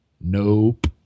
Nope